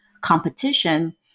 competition